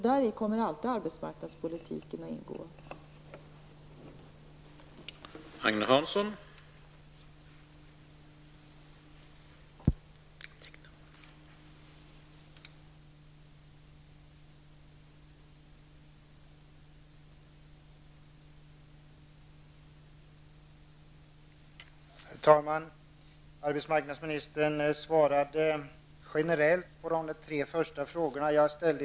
Däri kommer arbetsmarknadspolitiken alltid att ingå.